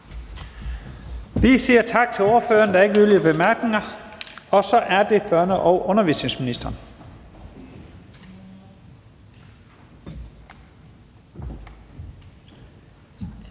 Vi siger tak til ordføreren. Der er ikke yderligere korte bemærkninger. Så er det børne- og undervisningsministeren.